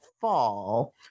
fall